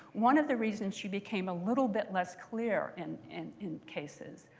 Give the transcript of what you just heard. one of the reasons she became a little bit less clear and in in cases,